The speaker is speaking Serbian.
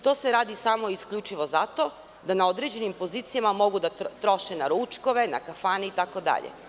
To se radi samo i isključivo zato na određenim pozicijama mogu da troše na ručkove, na kafane itd.